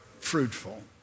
fruitful